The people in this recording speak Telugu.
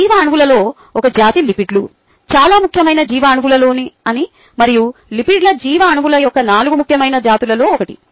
జీవ అణువులలో ఒక జాతి లిపిడ్లు చాలా ముఖ్యమైన జీవఅణువులని మరియు లిపిడ్ల జీవఅణువుల యొక్క నాలుగు ముఖ్యమైన జాతులలో ఒకటి